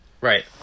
Right